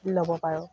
ল'ব পাৰোঁ